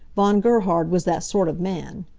von gerhard was that sort of man.